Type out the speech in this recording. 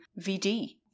VD